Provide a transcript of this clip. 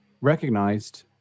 recognized